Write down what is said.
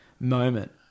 moment